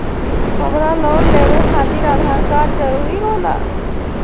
हमरा लोन लेवे खातिर आधार कार्ड जरूरी होला?